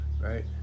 right